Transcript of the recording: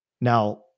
Now